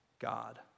God